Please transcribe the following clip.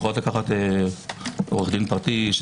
יכולות לקחת עורך דין פרטי.